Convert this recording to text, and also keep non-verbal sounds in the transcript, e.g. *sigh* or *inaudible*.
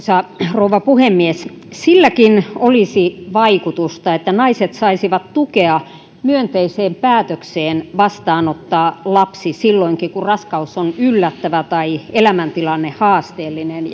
rouva puhemies silläkin olisi vaikutusta että naiset saisivat tukea myönteiseen päätökseen vastaanottaa lapsi silloinkin kun raskaus on yllättävä tai elämäntilanne haasteellinen *unintelligible*